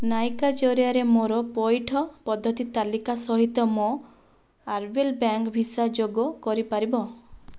ନାଇକା ଜରିଆରେ ମୋ'ର ପଇଠ ପଦ୍ଧତି ତାଲିକା ସହିତ ମୋ' ଆର୍ବିଏଲ୍ ବ୍ୟାଙ୍କ୍ ଭିସା ଯୋଗ କରିପାରିବ